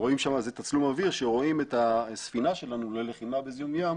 זה תצלום אוויר שרואים את הספינה שלנו ללחימה בזיהום ים